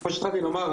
מה שהתחלתי לומר,